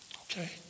Okay